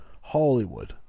Hollywood